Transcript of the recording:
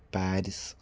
Paris